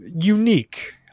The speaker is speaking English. unique